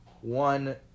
one